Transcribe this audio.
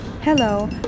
Hello